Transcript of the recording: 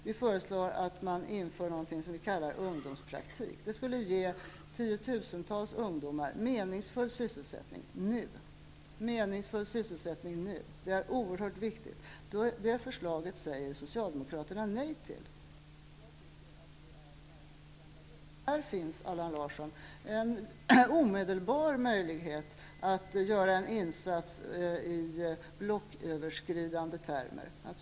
Vi föreslår att man inför något som vi kallar ungdomspraktik. Det skulle ge tiotusentals ungdomar meningsfull sysselsättning nu. Det är oerhört viktigt. Det förslaget säger Socialdemokraterna nej till. Det tycker jag nästan är skandalöst. Här finns en omedelbar möjlighet att göra en insats i blocköverskridande termer, Allan Larsson.